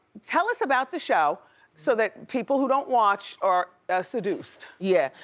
tell us about the show so that people who don't watch are ah seduced. yeah,